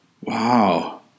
Wow